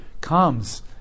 comes